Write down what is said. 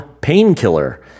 Painkiller